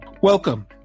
Welcome